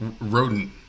rodent